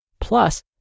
plus